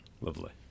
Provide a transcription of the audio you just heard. Lovely